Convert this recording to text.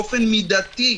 באופן מידתי.